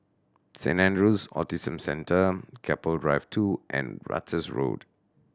Saint Andrew's Autism Centre Keppel Drive Two and Ratus Road